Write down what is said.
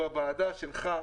בוועדה שלך,